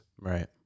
right